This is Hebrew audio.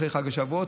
אחרי חג השבועות,